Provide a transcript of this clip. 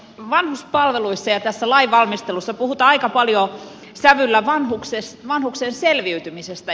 vanhuspalveluissa ja tässä lainvalmistelussa puhutaan aika paljon sävyllä vanhuksen selviytymisestä